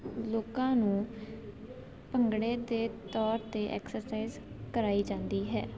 ਲੋਕਾਂ ਨੂੰ ਭੰਗੜੇ ਦੇ ਤੌਰ 'ਤੇ ਐਕਸਰਸਾਈਜ਼ ਕਰਵਾਈ ਜਾਂਦੀ ਹੈ